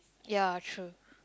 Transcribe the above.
ya true